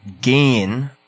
gain